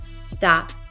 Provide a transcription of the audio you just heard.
stop